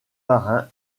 marin